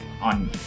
on